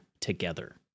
together